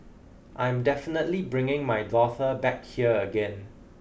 I'm definitely bringing my daughter back here again